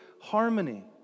harmony